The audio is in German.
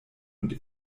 und